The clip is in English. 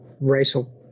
racial